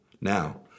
Now